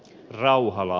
rauhala